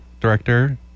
director